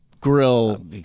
grill